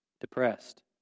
depressed